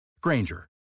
Granger